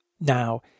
Now